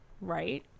right